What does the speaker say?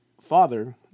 father